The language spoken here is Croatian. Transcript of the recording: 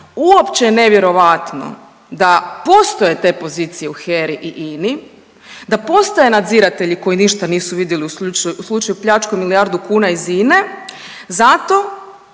uopće nevjerovatno da postoje te pozicije u HERA-i i INA-i da postoje nadziratelji koji ništa nisu vidjeli u slučaju pljačke milijardu kuna iz INA-e zato